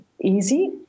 easy